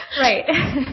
Right